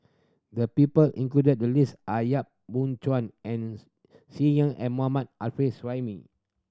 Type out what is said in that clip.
the people included in the list are Yap Boon Chuan and Mohammad Arif Suhaimi